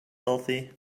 healthy